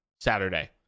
Saturday